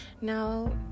now